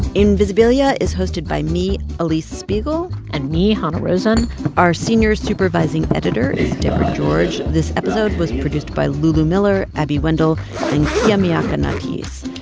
invisibilia is hosted by me, alix spiegel and me, hanna rosin our senior supervising editor is deborah george. this episode was produced by lulu miller, abby wendle and kia miakka natisse.